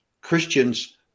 Christians